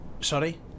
Sorry